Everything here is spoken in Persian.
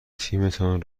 تیمتان